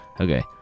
Okay